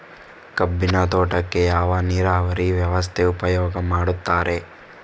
ಕಬ್ಬಿನ ತೋಟಕ್ಕೆ ಯಾವ ನೀರಾವರಿ ವ್ಯವಸ್ಥೆ ಉಪಯೋಗ ಮಾಡುತ್ತಾರೆ?